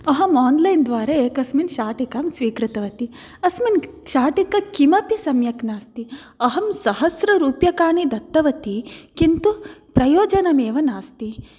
अहम् आन्लैन् द्वारा एकस्मिन् शाटिकां स्वीकृतवती अस्मिन् शाटिके किमपि सम्यक् नास्ति अहं सहस्ररूप्यकाणि दत्तवती किन्तु प्रयोजनम् एव नास्ति